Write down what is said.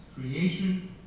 creation